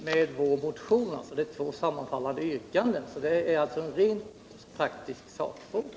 Herr talman! Jag har ju sagt att den sammanfaller med vår motion. Det är två sammanfallande yrkanden, alltså en rent faktisk sakfråga.